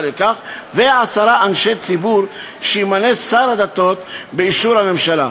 לכך ועשרה אנשי ציבור שימנה שר הדתות באישור הממשלה.